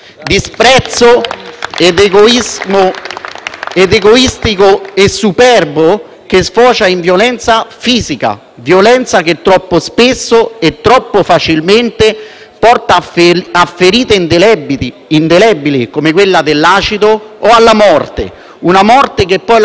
egoistico e superbo, che sfocia in violenza fisica, che troppo spesso e troppo facilmente porta a ferite indelebili, come quella dell'acido, o ad una morte che poi lascia morire i cari e i familiari